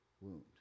wound